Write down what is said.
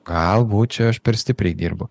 galbūt čia aš per stipriai dirbu